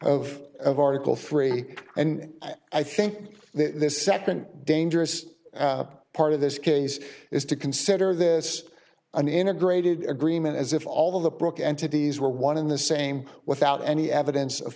of of article three and i think this second dangerous part of this case is to consider this an integrated agreement as if all of the broke entities were one in the same without any evidence of